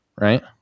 Right